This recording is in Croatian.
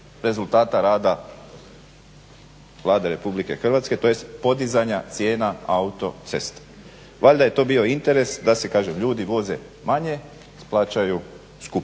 rezultata rada Vlade RH, tj. podizanja cijena autocesta. Valjda je to bio interes da se kažem ljudi voze manje plaćaju skuplje.